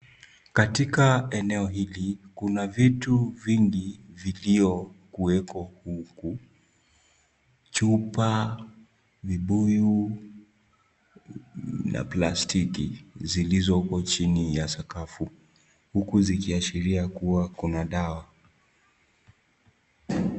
Katika eneo hili kuna vitu vingi viliyo kuweko huku. Chupa, vibuyu na plastiki zilizoko chini ya sakafu huku zikiashiria kuna dawa.